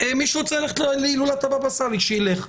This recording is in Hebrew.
גם מי שרוצה ללכת להילולת הבאבא סאלי, שילך.